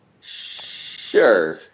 Sure